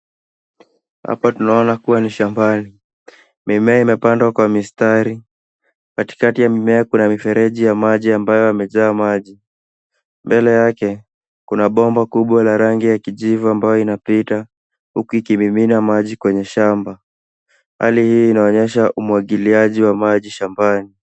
Hapa tunaona kuwa ni shambani. Mimea imepandwa kwa mistari, katikati ya mimea kuna mifereji ya maji ambayo yamejaa maji. Mbele yake kuna bomba kubwa la rangi ya kijivu ambayo inapita huku ikimimina maji kwenye shamba. Hali hii inaonyesha umwagiliaji wa maji shambani.